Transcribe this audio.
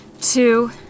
Two